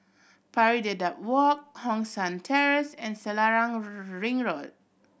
Pari Dedap Walk Hong San Terrace and Selarang Ring Road